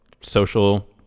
social